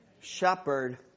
shepherd